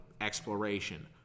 exploration